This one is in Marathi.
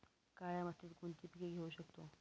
काळ्या मातीत कोणती पिके घेऊ शकतो?